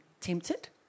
tempted